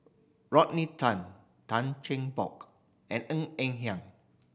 Rodney Tan Tan Cheng Bock and Ng Eng Hen